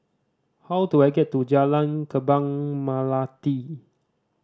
how do I get to Jalan Kembang Melati